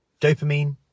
dopamine